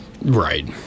Right